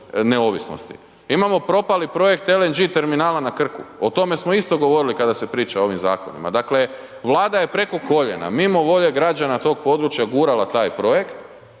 Imamo propali projekt LNG terminala na Krku. O tome smo isto govorili kada se priča o ovim zakonima. Dakle, Vlada je preko koljena, mimo volje građana tog područja gurala taj projekt